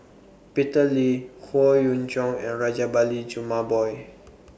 Peter Lee Howe Yoon Chong and Rajabali Jumabhoy